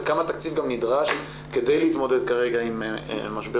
וכמה תקציב גם נדרש כדי להתמודד כרגע עם משבר